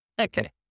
Okay